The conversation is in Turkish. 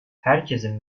herkesin